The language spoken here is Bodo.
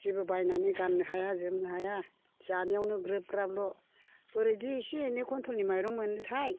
जेबो बायनानै गाननो हाया जोमनो हाया जानायावनो ग्रोब ग्राबल' बोरैदि इसे इनै खन्थ्र'लनि माइरं मोनोखाय